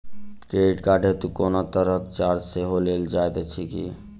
Credit card हेतु कोनो तरहक चार्ज सेहो लेल जाइत अछि की?